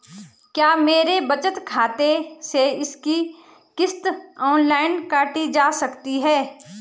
क्या मेरे बचत खाते से इसकी किश्त ऑनलाइन काटी जा सकती है?